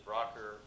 Rocker